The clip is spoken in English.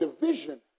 division